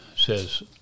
says